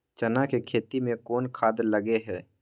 चना के खेती में कोन खाद लगे हैं?